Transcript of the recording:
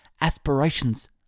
Aspirations